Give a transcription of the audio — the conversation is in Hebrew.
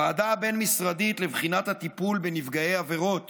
הוועדה הבין-משרדית לבחינת הטיפול בנפגעי עבירות